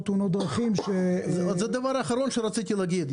תאונות דרכים ש --- זה הדבר האחרון שרציתי להגיד.